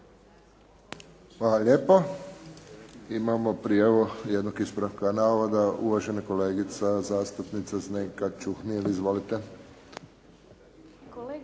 lijepo. Imamo prijavu jednog ispravka navoda. Uvažena kolegica zastupnica Zdenka Čuhnil. Izvolite.